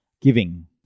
Giving